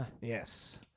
Yes